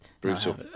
Brutal